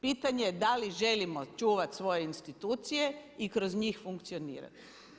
Pitanje da li želimo čuvati svoje institucije i kroz njih funkcionirati.